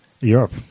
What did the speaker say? Europe